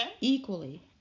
equally